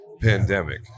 pandemic